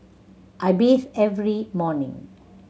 I bathe every morning